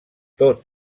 tot